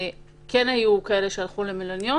היו כאלה שהלכו למלוניות,